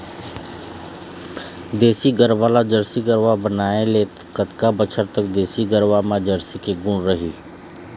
देसी गरवा ला जरसी गरवा बनाए ले कतका बछर तक देसी गरवा मा जरसी के गुण रही?